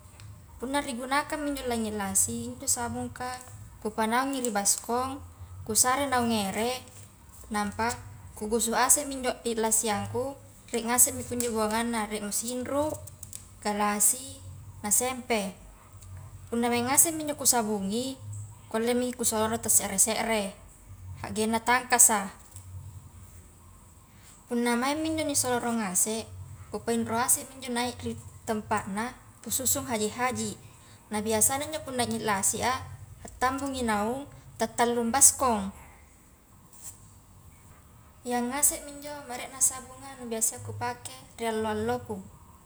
Punna nigunakammi injo lanyi lasih, injo sabungkah kupanaungi ri baskom, kusare naung ere, nampa kugusu asemi injo i lasianku rie ngasemi kinjo buanganna, rie mo sinru, kalasi, na sempe, punna maing ngasemi injo ku sabungi, kuallemi kusoloro ta serre-serre, haggengna tangkasa, punna mangmi injo nisoloro ngase ku painro asemi njo nak ri tempa na ku susung haji-haji, na biasana injo punna ngi lasi a, attambungi naung, ta tallung baskong, iya ngase mi injo merekna sabunga nu biasa ia ku pake ri allo-alloku.